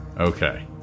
okay